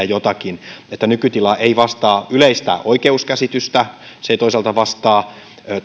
jotakin että nykytila ei vastaa yleistä oikeuskäsitystä se ei toisaalta vastaa